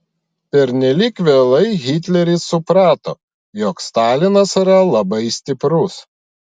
pernelyg vėlai hitleris suprato jog stalinas yra labai stiprus